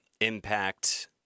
impact